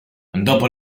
dopo